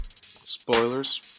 Spoilers